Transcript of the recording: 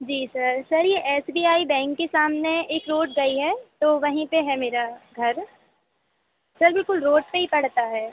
जी sir sir यह S B I bank के सामने एक रोड गई है तो वहीं पर है मेरा घर सर बिल्कुल रोड पर ही पड़ता है